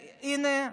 והינה,